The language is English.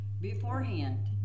beforehand